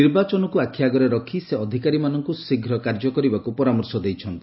ନିର୍ବାଚନକୁ ଆଖିଆଗରେ ରଖି ସେ ଅଧିକାରୀମାନଙ୍କୁ ଶୀଘ୍ର କାର୍ଯ୍ୟ କରିବାକୁ ପରାମର୍ଶ ଦେଇଛନ୍ତି